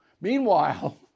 Meanwhile